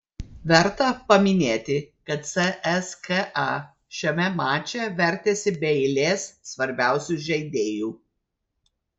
verta paminėti kad cska šiame mače vertėsi be eilės svarbiausių žaidėjų